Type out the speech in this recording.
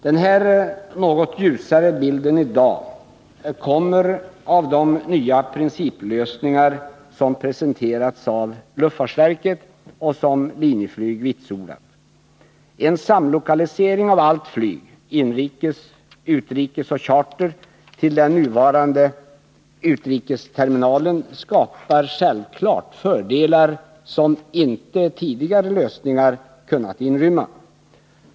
Den här något ljusare bilden i dag kommer av de nya principlösningar som presenterats av luftfartsverket.och som Linjeflyg vitsordat. En samlokalisering av allt flyg — inrikes, utrikes och charter — till den nuvarande utrikesterminalen skapar självklart fördelar som inte tidigare lösningar kunnat inrymma.